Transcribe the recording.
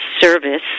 service